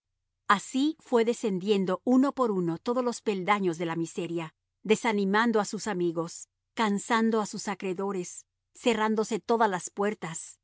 así fue descendiendo uno por uno todos los peldaños de la miseria desanimando a sus amigos cansando a sus acreedores cerrándose todas las puertas